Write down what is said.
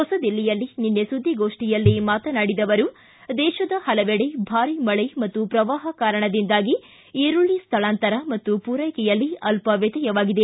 ಹೊಸದಿಲ್ಲಿಯಲ್ಲಿ ನಿನ್ನೆ ಸುದ್ದಿಗೋಷ್ಠಿಯಲ್ಲಿ ಮಾತನಾಡಿದ ಅವರು ದೇಶದ ಹಲವೆಡೆ ಭಾರಿ ಮಳೆ ಮತ್ತು ಪ್ರವಾಹ ಕಾರಣದಿಂದಾಗಿ ಈರುಳಿ ಸ್ಥಳಾಂತರ ಮತ್ತು ಪೂರೈಕೆಯಲ್ಲಿ ಅಲ್ಲ ವ್ಯತ್ಯವಾಗಿದೆ